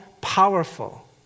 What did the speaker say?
powerful